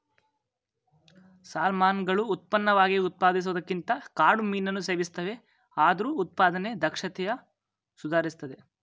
ಸಾಲ್ಮನ್ಗಳು ಉತ್ಪನ್ನವಾಗಿ ಉತ್ಪಾದಿಸುವುದಕ್ಕಿಂತ ಕಾಡು ಮೀನನ್ನು ಸೇವಿಸ್ತವೆ ಆದ್ರೂ ಉತ್ಪಾದನೆ ದಕ್ಷತೆಯು ಸುಧಾರಿಸ್ತಿದೆ